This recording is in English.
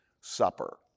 supper